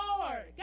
Lord